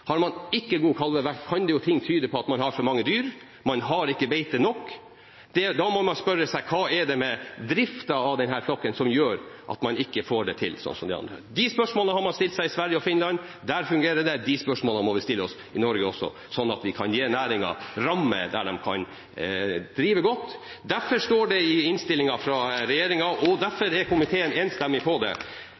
Har man ikke god kalvevekt, kan jo ting tyde på at man har for mange dyr, og at man ikke har beite nok. Da må man spørre seg: Hva er det med driften av denne flokken som gjør at man ikke får det til sånn som de andre? De spørsmålene har man stilt seg i Sverige og Finland. Der fungerer det. De spørsmålene må vi stille oss i Norge også, sånn at vi kan gi næringen rammer, sånn at de kan drive godt. Derfor står det i proposisjonen fra regjeringen, og derfor er komiteen enstemmig når det